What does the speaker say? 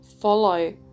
follow